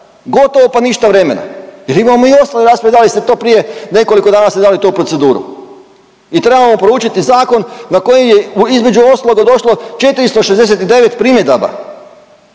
gotovo pa ništa vremena, jer imamo i ostale rasprave. Dali ste to prije nekoliko dana ste dali to u proceduru. I trebamo proučiti zakon na koji je između ostaloga došlo 469 primjedaba